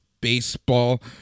baseball